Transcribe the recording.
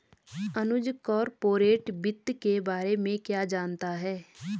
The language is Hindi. अनुज कॉरपोरेट वित्त के बारे में क्या जानता है?